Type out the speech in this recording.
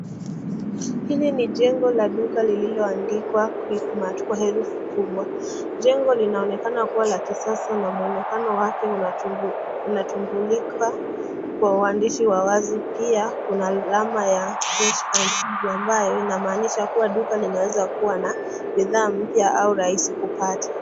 Hili ni jengo la duka liloandikwa QUICKMART. Jengo linaonekana kuwa la kisasa na muonekano wake una tumbulika kwa uandishi wa wazi pia kuna alama ya ambayo inamaanisha kuwa duka inaeza kua na bidhaa kubwa ama rahisi kupata.